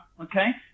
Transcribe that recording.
okay